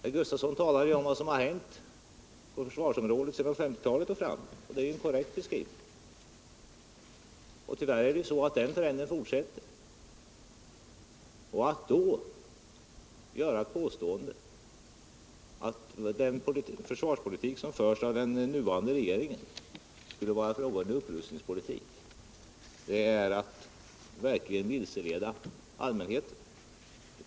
Vidare talar herr Gustavsson om vad som har hänt på försvarsområdet sedan 1950-talet och framåt, och det är en korrekt beskrivning han ger. Tyvärr är det så att den trenden fortsätter, och att då göra påståendet att den försvarspolitik som förs av den nuvarande regeringen skulle vara en upprustningspolitik, det är verkligen att vilseleda allmänheten.